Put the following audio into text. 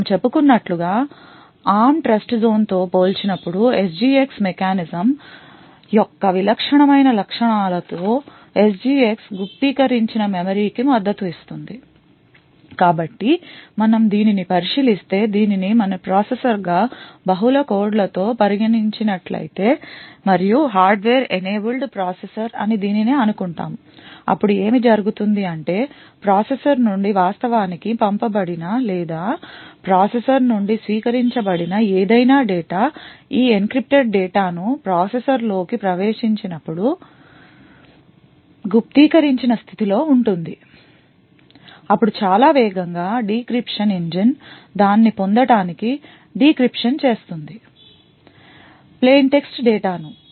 మనము చెప్పుకునట్టుగా ARM ట్రస్ట్జోన్తో పోల్చినప్పుడు SGX మెకానిజం యొక్క విలక్షణమైన లక్షణాలలో SGX గుప్తీకరించిన మెమరీ కి మద్దతు ఇస్తుంది కాబట్టి మనం దీనిని పరిశీలిస్తే దీనిని మన ప్రాసెసర్గా బహుళ కోడ్లతో పరిగణించినట్లయితే మరియు హార్డ్వేర్ ఎనేబుల్డ్ ప్రాసెసర్ అని దీనిని అనుకుంటాము అప్పుడు ఏమి జరుగుతుంది అంటే ప్రాసెసర్ నుండి వాస్తవానికి పంపబడిన లేదా ప్రాసెసర్ నుండి స్వీకరించబడిన ఏదైనా డేటా ఈ encrypted డేటా ను ప్రాసెసర్లోకి ప్రవేశించినప్పుడు గుప్తీకరించిన స్థితిలో ఉంటుంది అప్పుడు చాలా వేగంగా డీక్రిప్షన్ ఇంజిన్ దాన్ని పొందటానికి డీక్రిప్షన్ చేస్తుంది plain text డాటాను